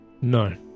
No